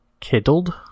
Kiddled